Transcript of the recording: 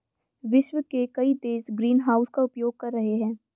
विश्व के कई देश ग्रीनहाउस का उपयोग कर रहे हैं